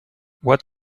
what